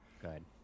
Good